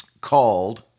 called